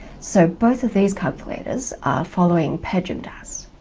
so both of these calculators are following pejmdas.